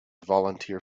volunteer